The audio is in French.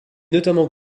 notamment